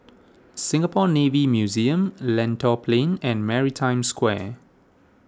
Singapore Navy Museum Lentor Plain and Maritime Square